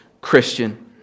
Christian